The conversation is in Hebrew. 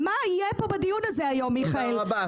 מה יהיה פה בדיון הזה היום, מיכאל?